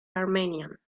armenian